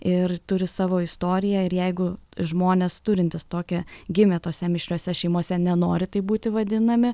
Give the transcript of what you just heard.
ir turi savo istoriją ir jeigu žmonės turintys tokią gimė tose mišriose šeimose nenori taip būti vadinami